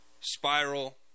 spiral